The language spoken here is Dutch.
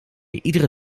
iedere